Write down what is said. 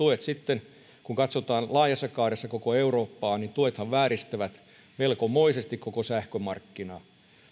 sitten kun katsotaan laajassa kaaressa koko eurooppaa tuethan vääristävät melkomoisesti koko sähkömarkkinaa